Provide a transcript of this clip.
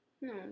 no